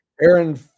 Aaron